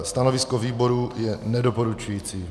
Stanovisko výboru je nedoporučující.